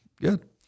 Good